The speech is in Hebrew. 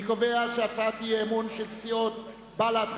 אני קובע שהצעת האי-אמון של סיעות בל"ד,